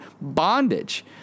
bondage